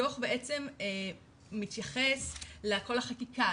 הדו"ח מתייחס לכל החקיקה,